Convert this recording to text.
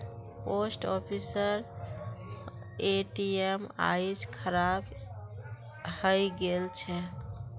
post ऑफिसेर ATM आइज खराब हइ गेल छ